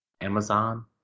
Amazon